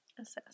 assess